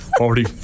Already